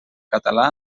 català